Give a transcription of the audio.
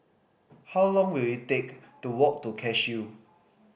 how long will it take to walk to Cashew